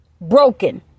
Broken